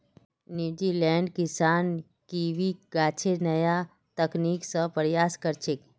न्यूजीलैंडेर किसान कीवी गाछेर नया तकनीक स प्रसार कर छेक